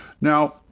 Now